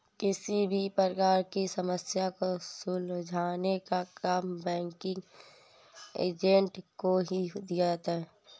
किसी भी प्रकार की समस्या को सुलझाने का काम बैंकिंग एजेंट को ही दिया जाता है